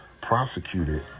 prosecuted